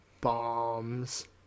Bombs